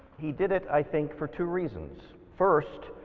he did it i think for two reasons. first,